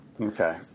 Okay